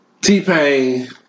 T-Pain